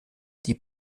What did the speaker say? die